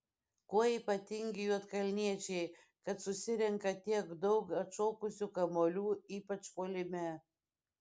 kuo ypatingi juodkalniečiai kad susirenka tiek daug atšokusių kamuolių ypač puolime